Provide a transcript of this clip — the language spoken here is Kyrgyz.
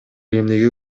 эмнеге